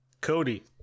Cody